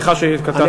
סליחה שקטעתי אותך.